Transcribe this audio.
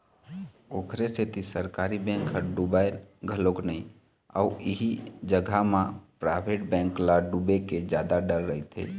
ओखरे सेती सरकारी बेंक ह डुबय घलोक नइ अउ इही जगा म पराइवेट बेंक ल डुबे के जादा डर रहिथे